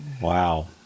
Wow